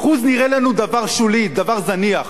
1% נראה לנו דבר שולי, דבר זניח.